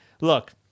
look